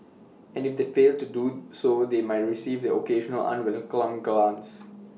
and if they fail to do so they might receive the occasional unwelcome glance